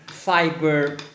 fiber